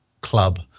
club